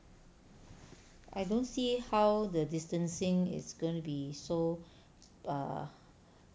I don't see how the distancing it's gonna be so err